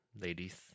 ladies